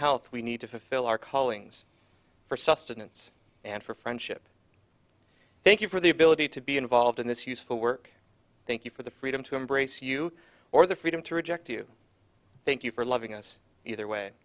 health we need to fill our callings for sustenance and for friendship thank you for the ability to be involved in this useful work thank you for the freedom to embrace you or the freedom to reject you thank you for loving us either way